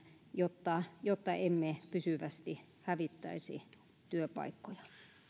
jotta jotta emme pysyvästi hävittäisi työpaikkoja